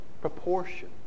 proportion